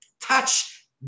touch